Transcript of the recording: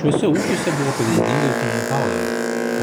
šiuose ūkiuose buvo pavyzdingai ūkininkaujama